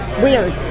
weird